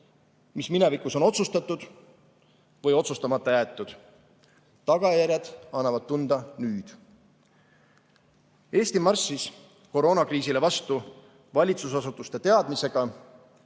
mis minevikus on otsustatud või otsustamata jäetud. Tagajärjed annavad tunda nüüd. Eesti marssis koroonakriisile vastu valitsusasutuste teadmisega,